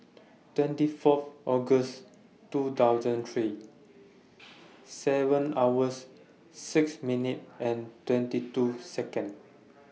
twenty Fourth August two thousand and three seven hours six minute twenty two Second